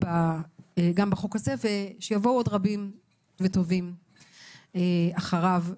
גם בחוק הזה ושיבואו עוד רבים וטובים אחריו.